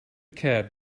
cab